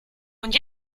und